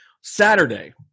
Saturday